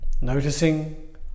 noticing